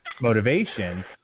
motivation